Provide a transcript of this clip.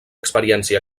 experiència